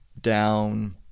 down